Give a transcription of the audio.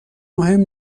مهم